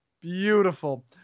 Beautiful